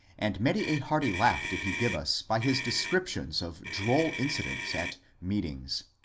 and many a hearty laugh did he give us by his descriptions of droll incidents at meetings.